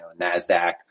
NASDAQ